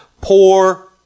Poor